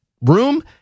room